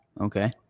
Okay